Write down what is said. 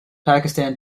pakistan